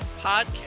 Podcast